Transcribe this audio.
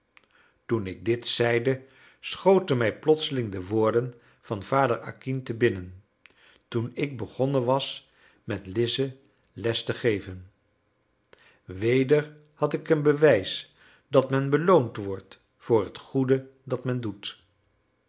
toen ik dit zeide schoten mij plotseling de woorden van vader acquin te binnen toen ik begonnen was met lize les te geven weder had ik een bewijs dat men beloond wordt voor het goede dat men doet